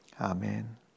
amen